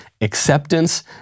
acceptance